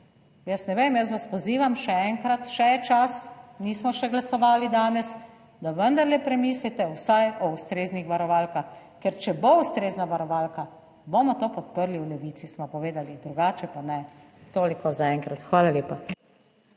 Jaz ne vem, jaz vas pozivam, še enkrat, še je čas, nismo še glasovali danes, da vendarle premislite vsaj o ustreznih varovalkah, ker če bo ustrezna varovalka, bomo to podprli, v Levici smo povedali, drugače pa ne. Toliko zaenkrat. Hvala lepa.